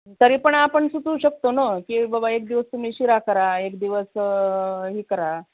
तरीपण आपण सुचवू शकतो ना की बाबा एक दिवस तुम्ही शिरा करा एक दिवस ही करा